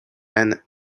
and